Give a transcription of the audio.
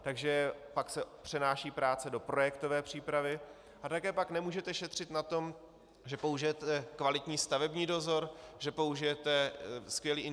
Takže pak se přenáší práce do projektové přípravy a také pak nemůžete šetřit na tom, že použijete kvalitní stavební dozor, že použijete skvělý inženýring.